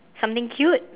something cute